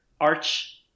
Arch